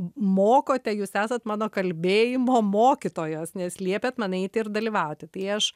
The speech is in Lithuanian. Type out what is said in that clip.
mokote jūs esat mano kalbėjimo mokytojos nes liepiat man eiti ir dalyvauti tai aš